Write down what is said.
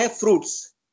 fruits